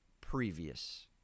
previous